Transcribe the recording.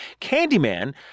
Candyman